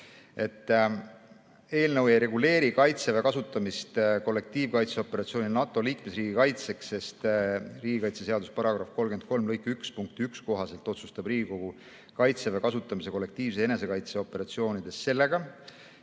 Eelnõu ei reguleeri Kaitseväe kasutamist kollektiivkaitseoperatsioonil NATO liikmesriigi kaitseks, sest riigikaitseseaduse § 33 lõike 1 punkti 1 kohaselt otsustab Riigikogu Kaitseväe kasutamise kollektiivse enesekaitse operatsioonides sellega,